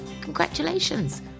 Congratulations